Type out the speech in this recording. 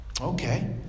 Okay